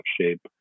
shape